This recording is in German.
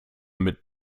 mit